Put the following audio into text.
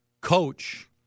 coach